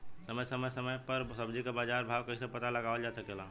समय समय समय पर सब्जी क बाजार भाव कइसे पता लगावल जा सकेला?